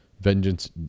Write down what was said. vengeance